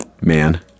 Man